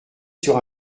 sur